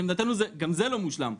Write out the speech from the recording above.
לעמדתנו גם זה לא מושלם,